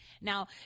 Now